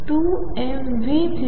तर X2L222mV02 2mE22mV02L22